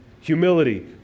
Humility